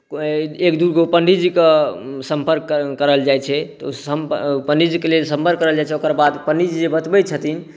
एक दूगो पण्डितजीके सम्पर्क करल जाइत छै तऽ ओ पण्डितजीके लेल सम्पर्क करल जाइत छै ओकरा बाद पण्डितजी जे बतबैत छथिन